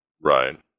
Right